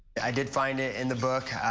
i did find it in the book,